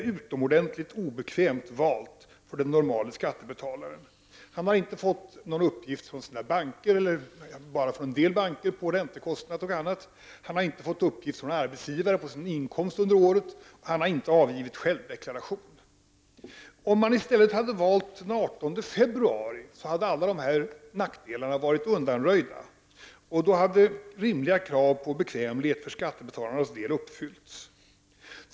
är utomordentligt obekvämt för den normale skattebetalaren. Han har inte fått några uppgifter från sina banker — eller bara från en del banker — om ränteinbetalningar och annat, och han har inte fått uppgifter från arbetsgivaren om sin inkomst under året. Han har naturligtvis inte heller avgivit självdeklaration. Om man i stället hade valt den 18 februari, hade alla dessa nackdelar varit undanröjda, och då hade rimliga krav på bekvämlighet för skattebetalarnas del uppfyllts.